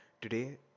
today